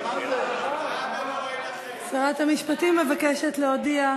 הצבעה במועד אחר.